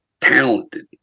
talented